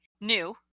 new